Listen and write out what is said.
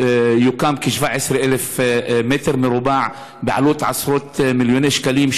יוקם על כ-17,000 מ"ר בעלות עשרות מיליוני שקלים,